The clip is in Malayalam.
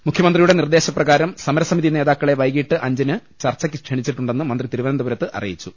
മുഖ്യമന്ത്രി യുടെ നിർദേശപ്രകാരം സമരസമിതി നേതാക്കളെ വൈകിട്ട് അഞ്ചിന് ചർച്ചയ്ക്ക് ക്ഷണിച്ചിട്ടുണ്ടെന്ന് മന്ത്രി തിരുവനന്തപുരത്ത് അറിയിച്ചു